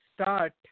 start